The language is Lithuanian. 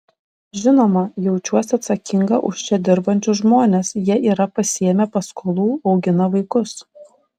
žinoma jaučiuosi atsakinga už čia dirbančius žmones jie yra pasiėmę paskolų augina vaikus